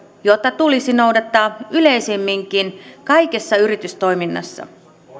jota tulisi noudattaa yleisemminkin kaikessa yritystoiminnassa